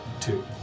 Two